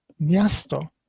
miasto